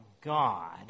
God